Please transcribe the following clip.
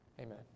amen